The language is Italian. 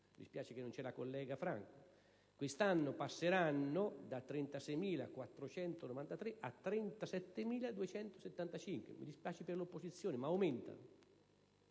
dispiace che non ci sia la collega Franco): quest'anno passeranno da 36.493 a 37.275. Mi dispiace per l'opposizione, ma aumentano.